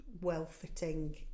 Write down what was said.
well-fitting